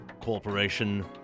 Corporation